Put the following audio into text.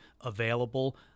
available